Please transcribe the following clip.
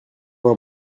vin